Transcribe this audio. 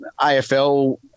AFL